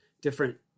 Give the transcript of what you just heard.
different